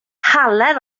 halen